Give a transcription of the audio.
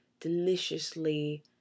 deliciously